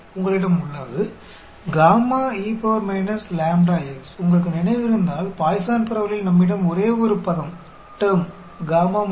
तो यह एक उपयोगी है और जैसा कि हम देख सकते हैं यह पॉइसन डिस्ट्रीब्यूशन से संबंधित है